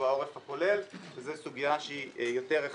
בעורף הכולל וזו סוגיה שהיא יותר רחבה.